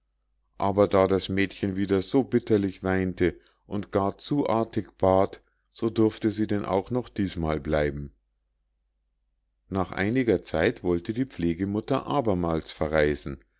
aber da das mädchen wieder so bitterlich weinte und gar zu artig bat so durfte sie denn auch noch diesmal bleiben nach einiger zeit wollte die pflegemutter abermals verreisen